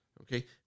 Okay